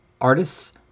Artists